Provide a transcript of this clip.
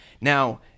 now